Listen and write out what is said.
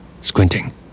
squinting